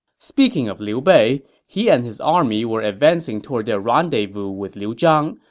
speaking of liu bei, he and his army were advancing toward their rendezvous with liu zhang.